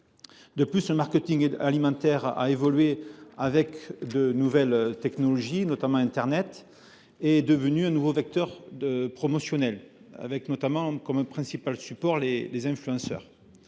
De plus, le marketing alimentaire a évolué avec les nouvelles technologies. Internet, notamment, est devenu un nouveau vecteur promotionnel, avec comme principal support les influenceurs.